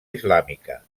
islàmica